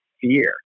fear